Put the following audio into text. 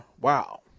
wow